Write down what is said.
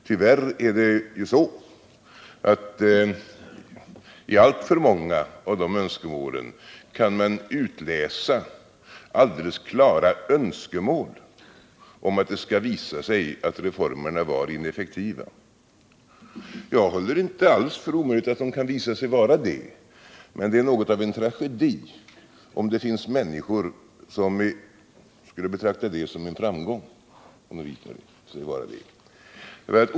Tyvärr kan man i alltför många av de önskemålen utläsa alldeles klara önskemål om att det skall visa sig att reformerna varit ineffektiva. Jag håller inte alls för omöjligt att de kan visa sig vara det, men det är något av en tragedi om det finns människor som skulle betrakta det som en framgång om det visar sig vara på det sättet.